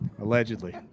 Allegedly